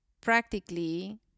practically